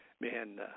man